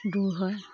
দূৰ হয়